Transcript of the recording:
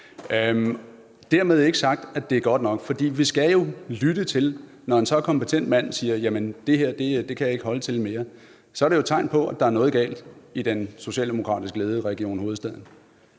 Dermed ikke sagt, at det er godt nok, for vi skal jo lytte, når en så kompetent mand siger: Det her kan jeg ikke holde til mere. Så er det jo tegn på, at der er noget galt i den socialdemokratisk ledede Region Hovedstaden.